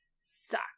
suck